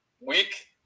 Week